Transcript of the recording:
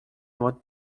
watt